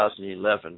2011